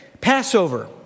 Passover